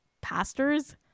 pastors